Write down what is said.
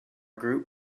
group